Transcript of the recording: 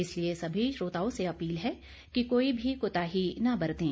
इसलिए सभी श्रोताओं से अपील है कि कोई भी कोताही न बरतें